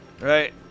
right